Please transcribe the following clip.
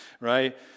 right